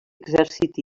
exèrcit